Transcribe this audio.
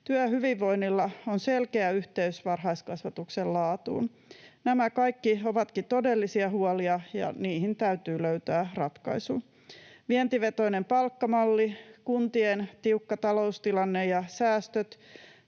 Työhyvinvoinnilla on selkeä yhteys varhaiskasvatuksen laatuun. Nämä kaikki ovatkin todellisia huolia, ja niihin täytyy löytää ratkaisu. Vientivetoinen palkkamalli, kuntien tiukka taloustilanne ja säästöt